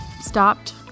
stopped